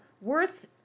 worth